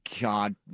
God